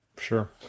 Sure